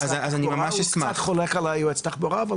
הוא קצת חולק על יועץ התחבורה.